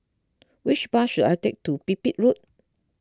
which bus should I take to Pipit Road